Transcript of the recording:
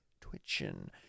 Twitching